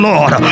Lord